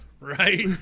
Right